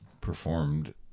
performed